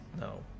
No